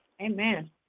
Amen